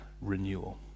renewal